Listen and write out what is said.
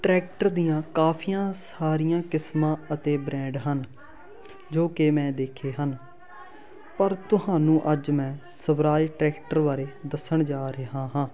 tractor ਦੀਆਂ ਕਾਫ਼ੀਆਂ ਸਾਰੀਆਂ ਕਿਸਮਾਂ ਅਤੇ ਬ੍ਰੈਂਡ ਹਨ ਜੋ ਕਿ ਮੈਂ ਦੇਖੇ ਹਨ ਪਰ ਤੁਹਾਨੂੰ ਅੱਜ ਮੈਂ ਸਵਰਾਜ ਟਰੈਕਟਰ ਬਾਰੇ ਦੱਸਣ ਜਾ ਰਿਹਾ ਹਾਂ